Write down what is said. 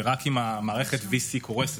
חברי הכנסת,